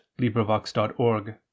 LibriVox.org